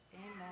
Amen